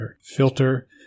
filter